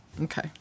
Okay